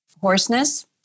hoarseness